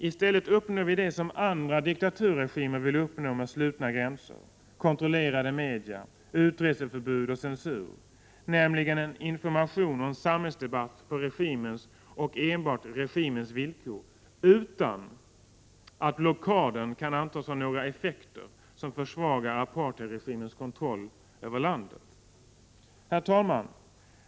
I stället uppnår vi det som andra diktaturregimer vill uppnå med slutna gränser, kontrollerade media, utreseförbud och censur, nämligen en information och en samhällsdebatt på regimens och enbart regimens villkor, utan att blockaden kan antas ha några effekter som försvagar apartheidregimens kontroll över landet. Herr talman!